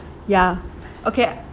ya okay